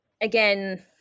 again